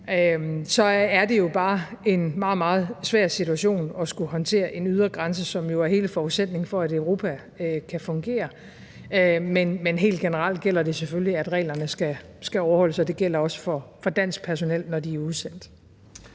Så er det bare en meget, meget svær situation at skulle håndtere en ydergrænse, som jo er hele forudsætningen for, at Europa kan fungere. Men helt generelt gælder det selvfølgelig, at reglerne skal overholdes, og det gælder også for dansk personel, når de er udsendt.